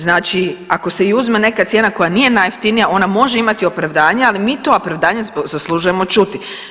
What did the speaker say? Znači ako se i uzme neka cijena koja nije najjeftinija, ona može imati opravdanje, ali mi to opravdanje zaslužujemo čuti.